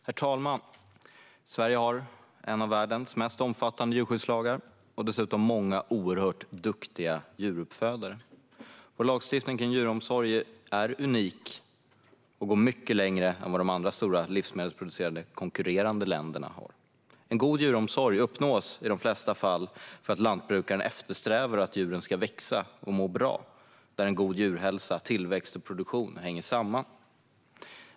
Herr talman! Sverige har en av världens mest omfattande djurskyddslagar och dessutom många oerhört duktiga djuruppfödare. Vår lagstiftning kring djuromsorg är unik och går mycket längre än vad de andra stora livsmedelsproducerande, konkurrerande länderna gör. En god djuromsorg uppnås i de flesta fall för att lantbrukaren eftersträvar att djuren ska växa och må bra. En god djurhälsa, tillväxt och produktion hänger intimt samman.